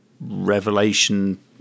revelation